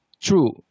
true